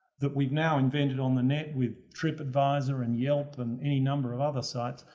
that we've now invented on the net with tripadvisor and yelp and any number of other sites,